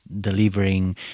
delivering